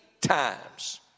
times